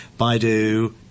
baidu